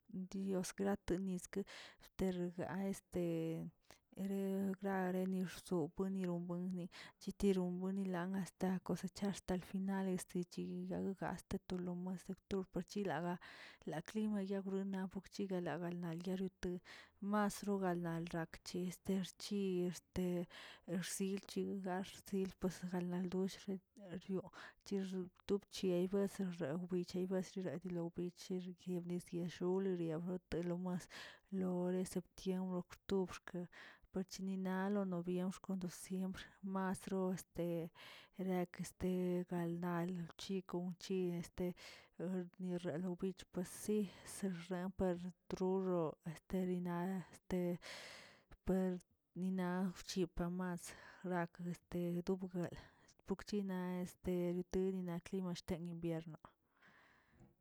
Dios grate niske, terga este re grare nirso buenirompo chetinon bueniran hasta cosechar hasta el final este chi yaga gaste toli muestr supor yilaga, la clima yagnun yapogchiga nalag naldiaro tum mas rogalnar rak che este ki este rsilchi ga rsil pasigala por shet riogꞌ, rig tubchie resecheubill yibarshe yidilo birchig yebnis yeshulo riabneg telomas, lore septiembre, octubrxke bachinilena noviembr, cuando siembr' asro este rekə este elgalday wchi wchi este erna bich sii sirremp retrorro, tenila este pernina chipamas ra este dubguel fukchina este tenina eshten invierno.